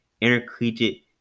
intercollegiate